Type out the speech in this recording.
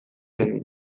egin